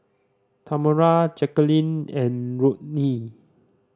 Tamera Jacquelin and Rodney